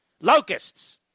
Locusts